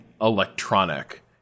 electronic